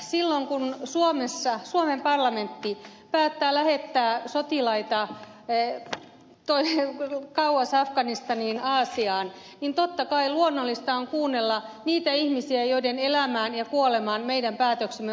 silloin kun suomessa suomen parlamentti päättää lähettää sotilaita kauas afganistaniin aasiaan niin totta kai luonnollista on kuunnella niitä ihmisiä joiden elämään ja kuolemaan meidän päätöksemme vaikuttavat